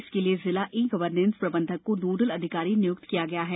इसके लिए जिला ई गवर्नेस प्रबंधक को नोडल अधिकारी नियुक्त किया गया है